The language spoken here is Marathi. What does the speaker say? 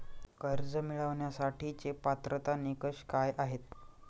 कर्ज मिळवण्यासाठीचे पात्रता निकष काय आहेत?